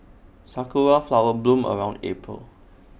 Sakura Flowers bloom around April